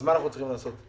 מה אנחנו צריכים לעשות?